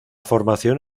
formación